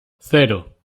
cero